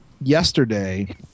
yesterday